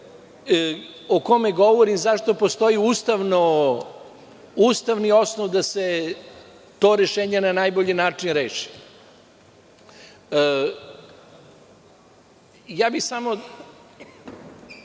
o kome govorimo, zašto postoji Ustavni osnov da se to rešenje na najbolji način reši. Samo bih da